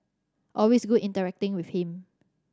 always good interacting with him